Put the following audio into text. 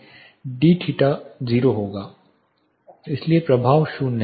DI theta 0 होगा इसलिए प्रभाव शून्य है